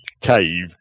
cave